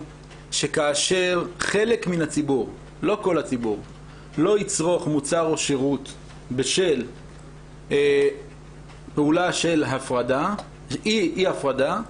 שכאשר חלק מן הציבור לא יצרוך מוצר או שירות בשל פעולה של אי הפרדה,